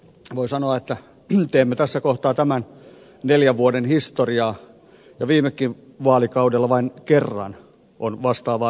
voi sanoa että teemme tässä kohtaa tämän neljän vuoden historiaa ja viimekin vaalikaudella vain kerran on vastaavaa tapahtunut